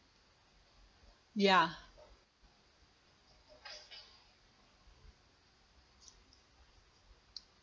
ya